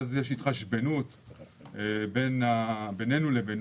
לאחר מכן יש התחשבנות בין רשויות המס בישראל לרש"פ.